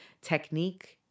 technique